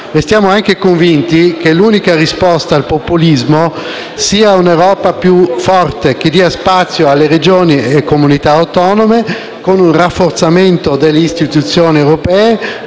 Restiamo anche convinti che l'unica risposta al populismo sia un'Europa più forte, che dia spazio a Regioni e comunità autonome, con un rafforzamento delle istituzioni europee,